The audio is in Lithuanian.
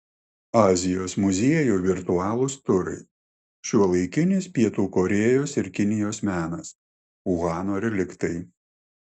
azijos muziejų virtualūs turai šiuolaikinis pietų korėjos ir kinijos menas uhano reliktai